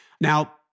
Now